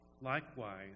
likewise